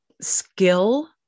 skill